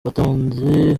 batonze